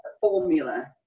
formula